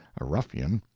a ruffian,